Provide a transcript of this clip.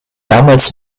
damals